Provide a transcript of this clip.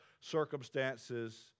circumstances